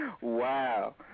Wow